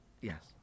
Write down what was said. Yes